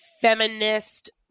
feminist